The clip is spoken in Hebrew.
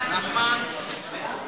סעיפים 1 8